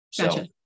Gotcha